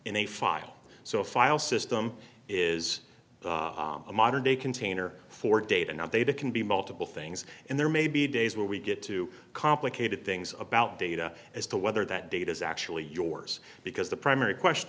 in a file so a file system is a modern day container for data now they that can be multiple things and there may be days where we get to complicated things about data as to whether that data is actually yours because the primary question